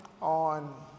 on